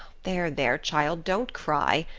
there, there, child, don't cry.